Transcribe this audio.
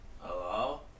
Hello